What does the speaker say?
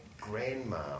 grandma